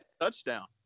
touchdown